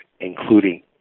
including